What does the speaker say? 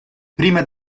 prima